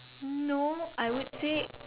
no I would say